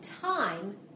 time